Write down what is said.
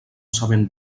sabent